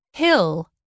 Hill